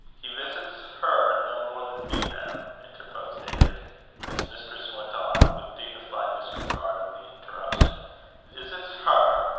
he veesits her no more than me, mem, interposed david but his mistress went on with dignified disregard of the interruption veesits her,